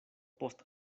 post